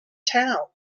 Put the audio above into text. town